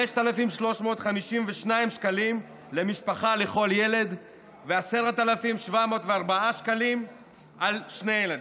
5,352 שקלים למשפחה לכל ילד ו-10,704 שקלים על שני ילדים.